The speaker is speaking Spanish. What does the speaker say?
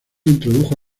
introdujo